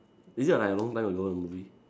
is it like long time ago the movie